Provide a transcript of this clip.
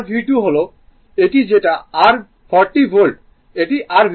এবং r V2 হল এটি যেটা r 40 ভোল্ট এটি r V1 এবং এটি r V2